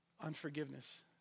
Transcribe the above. unforgiveness